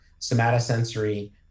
somatosensory